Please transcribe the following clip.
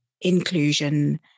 inclusion